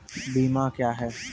बीमा क्या हैं?